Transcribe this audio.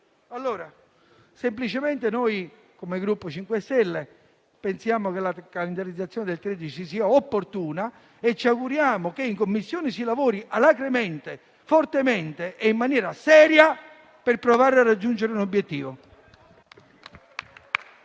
parlando. Semplicemente come Gruppo MoVimento 5 Stelle pensiamo che la calendarizzazione del 13 luglio sia opportuna e ci auguriamo che in Commissione si lavori alacremente, energicamente e in maniera seria per provare a raggiungere un obiettivo.